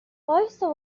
وایستا